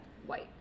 white